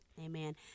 Amen